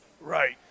Right